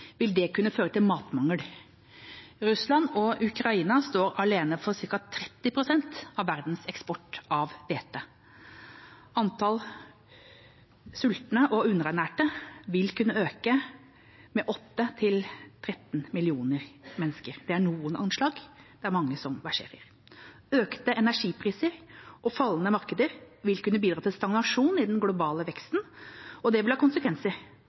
vil det kunne føre til matmangel. Russland og Ukraina står alene for ca. 30 pst. av verdens eksport av hvete. Antallet sultende og underernærte vil kunne øke med 8–13 millioner mennesker. Det er noen anslag, det er mange som verserer. Økte energipriser og fallende markeder vil kunne bidra til stagnasjon i den globale veksten, og det vil ha konsekvenser